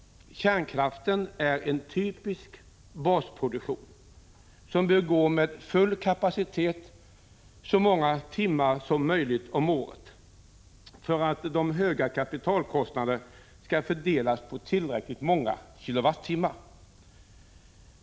Kärnkraften är en typisk basproduktion, som bör gå med full kapacitet under så många av årets timmar som möjligt för att den höga kapitalkostnaden skall fördelas på tillräckligt många kWh.